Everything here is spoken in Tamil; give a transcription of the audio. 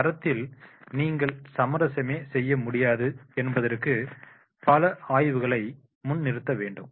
தரத்தில் நீங்கள் சமரசமே செய்ய முடியாது என்பதற்கு பல ஆய்வுகளை முன் நிறுத்த வேண்டும்